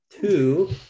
Two